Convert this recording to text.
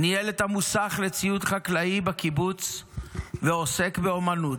ניהל את המוסך לציוד חקלאי בקיבוץ ועסק באומנות.